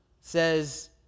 says